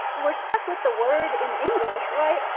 we're stuck with the word in english, right?